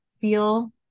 feel